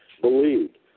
believed